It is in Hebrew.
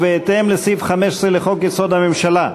ובהתאם לסעיף 15 לחוק-יסוד: הממשלה,